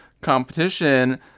competition